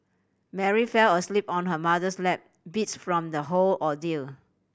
Mary fell asleep on her mother's lap beats from the whole ordeal